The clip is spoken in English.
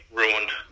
ruined